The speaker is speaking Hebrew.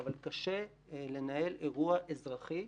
אבל קשה לנהל אירוע אזרחי